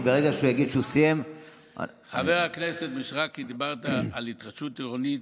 חבר הכנסת המדבר,